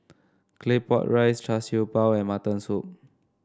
Claypot Rice Char Siew Bao and Mutton Soup